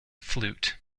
flute